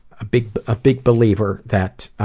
ah big ah big believer that